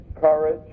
courage